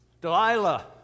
Delilah